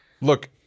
look